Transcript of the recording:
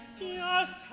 yes